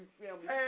family